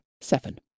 seven